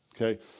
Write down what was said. Okay